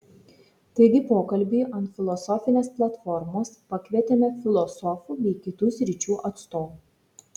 taigi pokalbiui ant filosofinės platformos pakvietėme filosofų bei kitų sričių atstovų